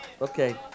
Okay